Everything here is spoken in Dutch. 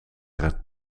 het